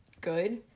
good